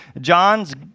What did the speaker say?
John's